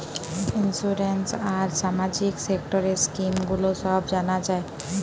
insurance আর সামাজিক সেক্টরের স্কিম গুলো সব জানা যায়